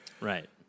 Right